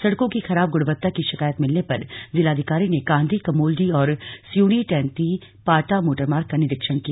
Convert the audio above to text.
सड़कों की खराब गुणवत्ता की शिकायत मिलने पर जिलाधिकारी ने काण्डी कमोल्डी और स्यूणी टैंथी पाटा मोटरमार्ग का निरीक्षण किया